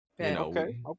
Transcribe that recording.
Okay